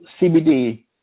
CBD